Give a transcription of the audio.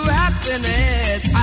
happiness